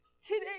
Today